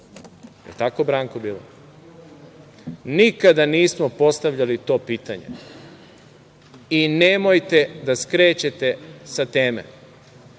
tako Branko bilo? Nikada nismo postavljali to pitanje i nemojte da skrećete sa teme,